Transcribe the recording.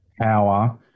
power